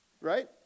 Right